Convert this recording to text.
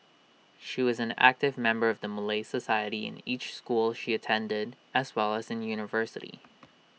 she was an active member of the Malay society in each school she attended as well as in university